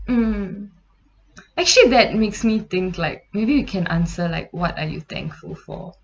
mm actually that makes me think like maybe we can answer like what are you thankful for